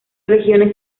regiones